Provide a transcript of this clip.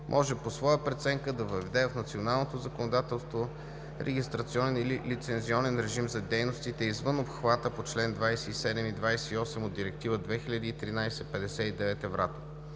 може по своя преценка да въведе в националното законодателство регистрационен или лицензионен режим за дейностите извън обхвата на чл. 27 и чл. 28 от Директива 2013/59/Евратом.